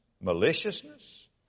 maliciousness